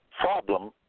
problem